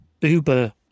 uber